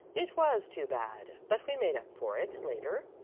it was too bad but we made up for it later,